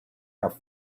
are